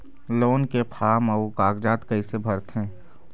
Loan के form अऊ कागजात कइसे भरथें?